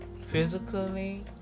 physically